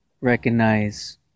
recognize